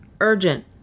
Urgent